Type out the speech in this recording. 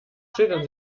schildern